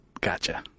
Gotcha